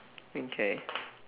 okay